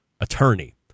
attorney